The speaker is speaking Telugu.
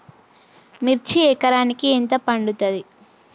మిర్చి ఎకరానికి ఎంత పండుతది?